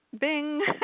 Bing